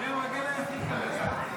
מי המרגל היחיד כרגע?